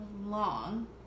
long